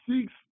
six